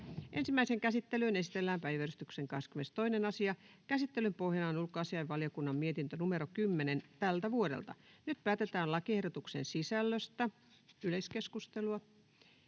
Ensimmäiseen käsittelyyn esitellään päiväjärjestyksen 19. asia. Käsittelyn pohjana on lakivaliokunnan mietintö LaVM 6/2024 vp. Nyt päätetään lakiehdotuksen sisällöstä. — Yleiskeskustelua,